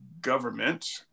government